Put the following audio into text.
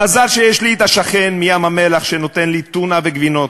מזל שיש לי את השכן מים-המלח שנותן לי טונה וגבינות.